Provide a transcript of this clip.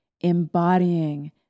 embodying